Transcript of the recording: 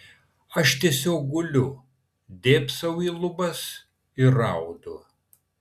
aš tiesiog guliu dėbsau į lubas ir raudu